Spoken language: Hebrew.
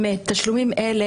תשלומים אלה,